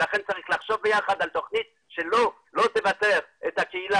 ולכן צריך לחשוב ביחד על תוכנית שלא תשאיר את הקהילה